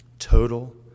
Total